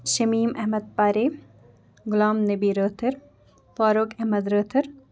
Shamim Ahmad Parray Ghulam Nabi Rather Farooq Ahmad Rather